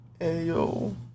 Ayo